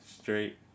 straight